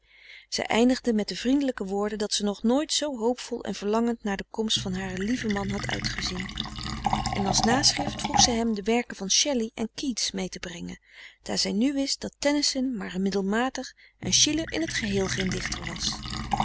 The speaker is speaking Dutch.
zij eindigde met de vriendelijke woorden dat ze nog nooit zoo hoopvol en verlangend naar de komst van haren lieven man had uitgezien en als naschrift vroeg zij hem de werken van shelley en keats mee te brengen daar zij nu wist dat tennyson maar een middelmatig en schiller in t geheel geen dichter was